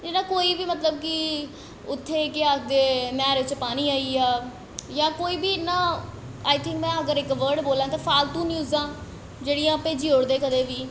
ते एह्दा कोई बी मतलब की उत्थें केह् आखदे नैह्रे च पानी आई गेआ कोई बी इ'यां जां में इक बर्ड़ बोलां ते फालतू न्यूज़ां इ'यां भेजी ओड़दे कदैं बी